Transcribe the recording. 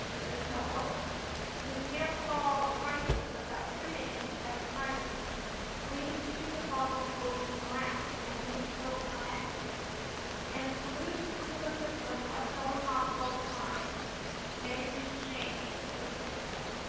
there is no hope we can't solve a crisis without treating it as a crisis we need to keep the fossil fuels in the ground and we need to focus on equity and if solutions within the system are so impossible to find maybe we should change the system itself